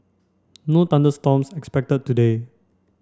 no thunder storms expected today